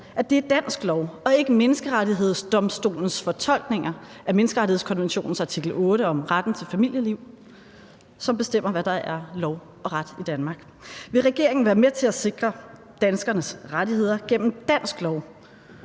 at det er dansk lov og ikke Menneskerettighedsdomstolens fortolkninger af menneskerettighedskonventionens artikel 8 om retten til familieliv, som bestemmer, hvad der er lov og ret i Danmark. Vil regeringen være med til at sikre danskernes rettigheder gennem dansk lov